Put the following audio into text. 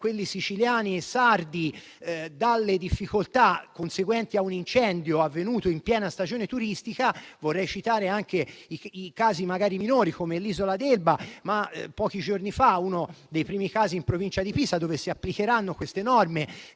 quelli siciliani e sardi dalle difficoltà conseguenti a un incendio avvenuto in piena stagione turistica. Vorrei citare anche i casi minori, come l'isola d'Elba. Pochi giorni fa, si è avuto uno dei primi casi, in provincia di Pisa, in cui si applicheranno queste norme